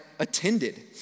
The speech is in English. attended